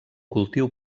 cultiu